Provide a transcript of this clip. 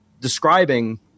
describing